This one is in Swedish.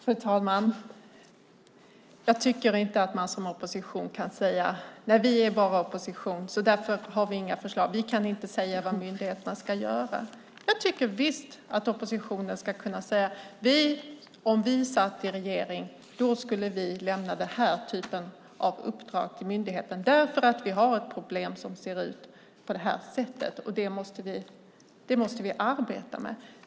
Fru talman! Jag tycker inte att man som opposition kan säga: Vi är bara i opposition och därför har vi inga förslag. Vi kan inte säga vad myndigheterna ska göra. Jag tycker visst att oppositionen ska kunna säga att om vi satt i regering skulle vi lämna den här typen av uppdrag till myndigheten därför att vi har ett problem som ser ut på det här sättet, och det måste vi arbeta med.